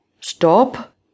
Stop